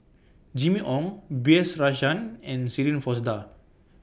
Jimmy Ong B S Rajhans and Shirin Fozdar